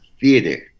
theater